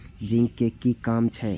Zinc के कि काम छै?